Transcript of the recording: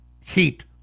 heat